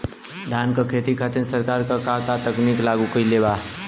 धान क खेती खातिर सरकार का का तकनीक लागू कईले बा?